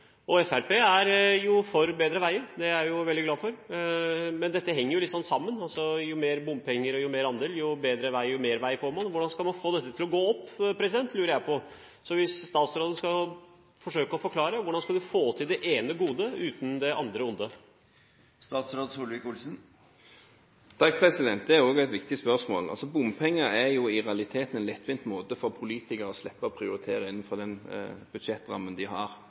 er jo for bedre veier, det er jeg veldig glad for, men dette henger jo sammen. Jo mer bompenger og jo høyere andel, desto bedre vei og mer vei får man. Men hvordan skal man få dette til å gå opp? Kan statsråden forsøke å forklare hvordan man skal få til det ene godet uten det andre ondet? Det er også et viktig spørsmål. Bompenger er jo i realiteten en lettvint måte for politikere å slippe å prioritere innenfor den budsjettrammen de har.